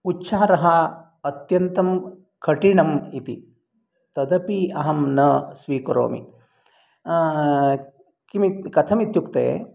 उच्चारः अत्यन्तं कठिनम् इति तदपि अहं न स्वीकरोमि कथम् इत्युक्ते